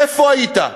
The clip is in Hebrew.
איפה היית?